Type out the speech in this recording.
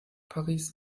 paris